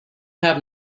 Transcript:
have